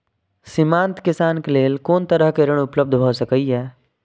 सीमांत किसान के लेल कोन तरहक ऋण उपलब्ध भ सकेया?